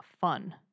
fun